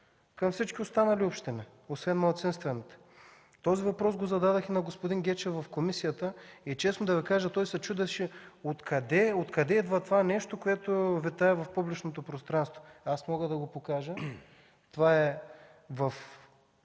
към всички останали общини, освен малцинствените. Този въпрос зададох и на господин Гечев в комисията и честно да Ви кажа, той се чудеше откъде идва това нещо, което витае в публичното пространство. Мога да го покажа. Това е